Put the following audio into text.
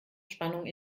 spannung